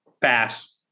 Pass